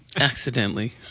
Accidentally